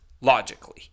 logically